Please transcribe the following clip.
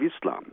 Islam